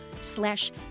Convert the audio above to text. slash